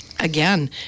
Again